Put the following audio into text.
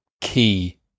key